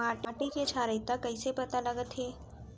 माटी के क्षारीयता कइसे पता लगथे?